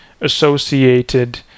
associated